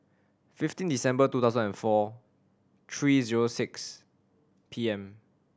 fifteen December two thousand and four three zero six P M